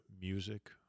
music